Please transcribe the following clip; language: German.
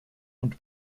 und